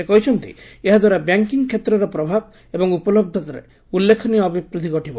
ସେ କହିଛନ୍ତି ଏହାଦ୍ୱାରା ବ୍ୟାଙ୍କିଙ୍ଗ୍ କ୍ଷେତ୍ରର ପ୍ରଭାବ ଏବଂ ଉପଳହ୍ଚତାରେ ଉଲ୍ଲେଖନୀୟ ଅଭିବୃଦ୍ଧି ଘଟିବ